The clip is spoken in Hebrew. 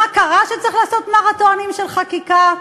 מה קרה שצריך לעשות מרתונים של חקיקה?